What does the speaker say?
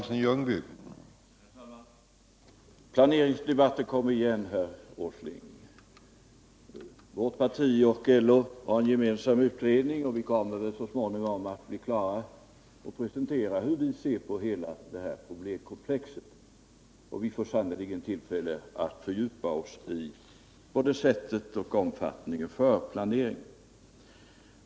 Herr talman! Planeringsdebatten kommer igen, herr Åsling. Vårt parti och LO har en gemensam utredning och vi kommer så småningom att bli klara att presentera hur vi ser på hela detta problemkomplex. Vi får sannerligen tillfälle att fördjupa oss i både sättet för och omfattningen av planeringen.